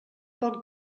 poc